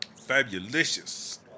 Fabulous